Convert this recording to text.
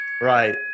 Right